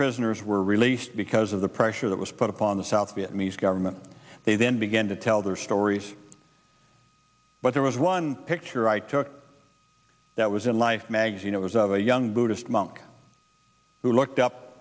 prisoners were released because of the pressure that was put upon the south vietnamese government they then began to tell their stories but there was one picture i took that was in life magazine it was of a young buddhist monk who looked up